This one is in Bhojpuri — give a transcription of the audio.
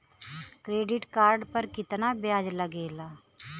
क्रेडिट कार्ड पर कितना ब्याज लगेला?